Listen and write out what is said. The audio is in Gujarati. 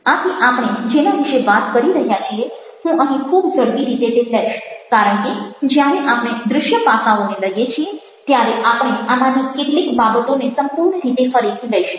આથી આપણે જેના વિશે વાત કરી રહ્યા છીએ હું અહીં ખૂબ ઝડપી રીતે તે લઈશ કારણ કે જ્યારે આપણે દ્રશ્ય પાસાઓને લઈએ છીએ ત્યારે આપણે આમાંની કેટલીક બાબતોને સંપૂર્ણ રીતે ફરીથી લઈશું